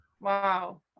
Wow